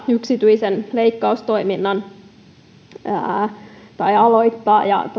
yksityisen leikkaustoiminnan ja